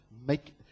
make